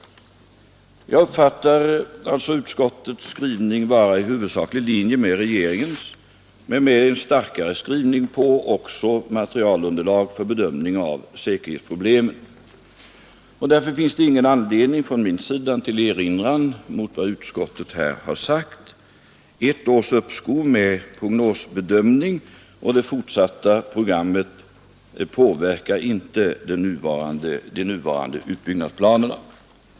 Jag uppfattar alltså utskottets skrivning vara huvudsakligen i linje med regeringens men med en starkare betoning på också materialunderlag för bedömning av säkerhetsproblemen. Därför finns det ingen anledning för mig till erinran mot vad utskottet har sagt. Ett års uppskov med prognosbedömning av det fortsatta programmet påverkar inte de nuvarande utbyggnadsplanerna.